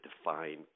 define